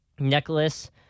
Necklace